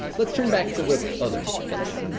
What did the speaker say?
let's turn back to the other place